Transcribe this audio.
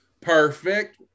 Perfect